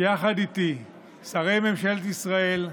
שיחד איתי שרי ממשלת ישראל,